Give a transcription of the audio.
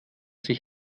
sich